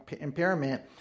impairment